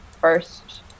first